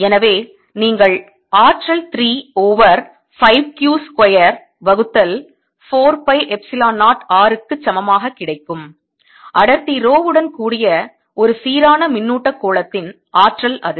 எனவே நீங்கள் ஆற்றல் 3 ஓவர் 5 Q ஸ்கொயர் வகுத்தல் 4 பை எப்சிலோன் 0 R க்கு சமமாக கிடைக்கும் அடர்த்தி ரோ உடன் கூடிய ஒரு சீரான மின்னூட்ட கோளத்தின் ஆற்றல் அது